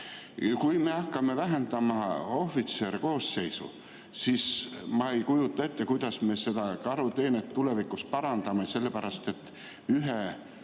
Kui me hakkame vähendama ohvitserkoosseisu, siis ma ei kujuta ette, kuidas me seda karuteenet tulevikus parandame, sest ühe